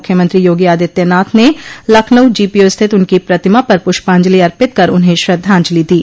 मुख्यमंत्री योगी आदित्यनाथ ने लखनऊ जीपीओ स्थित उनकी प्रतिमा पर पुष्पांजलि अर्पित कर उन्हें श्रद्वाजंलि दी